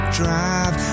drive